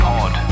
Pod